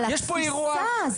לא, אבל התפיסה.